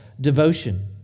devotion